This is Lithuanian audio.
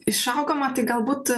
išaugama tai galbūt